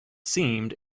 seemed